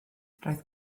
roedd